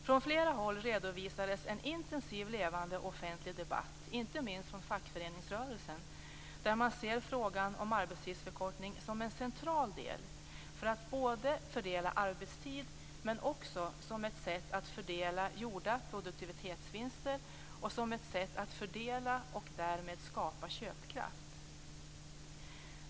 Från flera håll redovisades en intensiv och levande offentlig debatt, inte minst från fackföreningsrörelsen, där man ser frågan om arbetstidsförkortning som en central del för att fördela arbetstid men också som ett sätt att fördela gjorda produktivitetsvinster och fördela och därmed öka köpkraft.